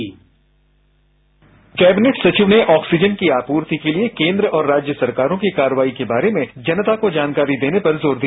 sound bite cabinet सचिय ने oxygen की आपूर्ति के लिए केंद्र और राज्य सरकारों की कार्रवाई के बारे में जनता को जानकारी देने पर जोर दिया